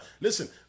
Listen